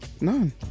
None